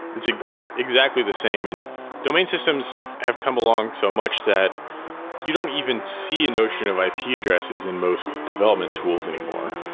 it's exactly the same and domain systems have come along so much that you don't even see a notion of ip addresses in most development tools anymore.